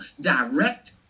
direct